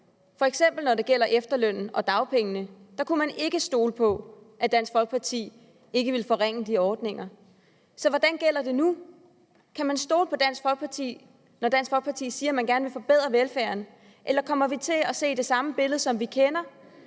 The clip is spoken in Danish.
f.eks. når det gælder efterlønnen og dagpengene. Der kunne man ikke stole på, at Dansk Folkeparti ikke ville forringe de ordninger. Så hvordan er det nu? Kan man stole på Dansk Folkeparti, når Dansk Folkeparti siger, man gerne vil forbedre velfærden? Eller kommer vi til at se det samme billede, som vi kender,